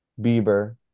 Bieber